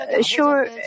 sure